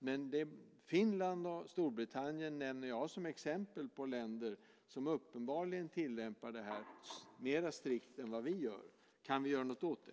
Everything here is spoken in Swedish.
Men Finland och Storbritannien nämner jag som exempel på länder som uppenbarligen tillämpar det här mer strikt än vi gör. Kan vi göra något åt det?